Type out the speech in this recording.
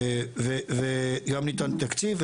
וגם ניתן תקציב,